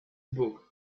book